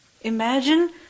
Imagine